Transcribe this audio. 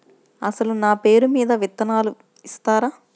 అసలు నా పేరు మీద విత్తనాలు ఇస్తారా?